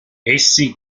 essi